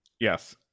Yes